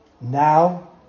Now